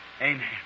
Amen